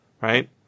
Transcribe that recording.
right